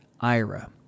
IRA